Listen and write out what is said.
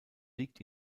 liegt